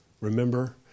remember